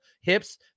hips